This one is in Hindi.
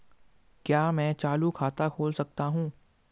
क्या मैं चालू खाता खोल सकता हूँ?